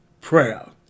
prayer